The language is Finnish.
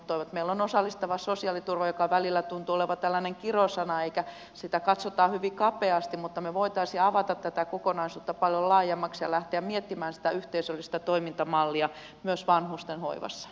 meillä on osallistava sosiaaliturva joka välillä tuntuu olevan tällainen kirosana ja jota katsotaan hyvin kapeasti mutta me voisimme avata tätä kokonaisuutta paljon laajemmaksi ja lähteä miettimään sitä yhteisöllistä toimintamallia myös vanhustenhoivassa